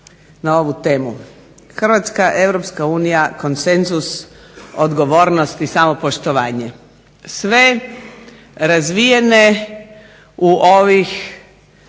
uz ovu temu. Hrvatska, Europska unija, konsenzus, odgovornost i samopoštovanje. Sve razvijene u ovih